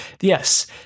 Yes